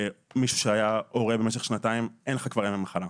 שכמישהו שהיה הורה במשך שנתיים אז אין לך ימי מחלה.